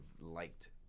liked